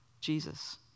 Jesus